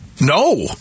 No